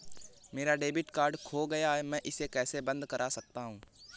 मेरा debit card खो गया है मैं इसे कैसे बंद करवा सकता हूँ?